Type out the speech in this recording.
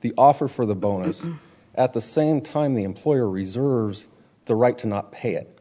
the offer for the bonuses at the same time the employer reserves the right to not pay it